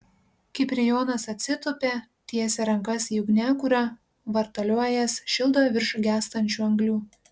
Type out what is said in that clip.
kiprijonas atsitupia tiesia rankas į ugniakurą vartalioja jas šildo virš gęstančių anglių